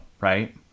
right